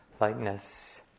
lightness